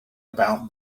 about